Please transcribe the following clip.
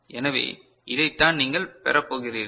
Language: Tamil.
எனவே இதைத்தான் நீங்கள் பெறப்போகிறீர்கள்